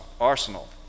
arsenal